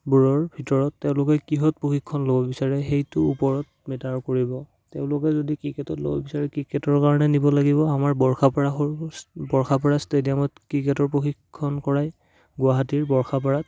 বোৰৰ ভিতৰত তেওঁলোকে কিহত প্ৰশিক্ষণ ল'ব বিচাৰে সেইটোৰ ওপৰত মেটাৰ কৰিব তেওঁলোকে যদি ক্ৰিকেটত ল'ব বিচাৰে ক্ৰিকেটৰ কাৰণে নিব লাগিব আমাৰ বৰ্ষাপাৰা ষ্টেডিয়ামত ক্ৰিকেটৰ প্ৰশিক্ষণ কৰায় গুৱাহাটীৰ বৰ্ষাপাৰাত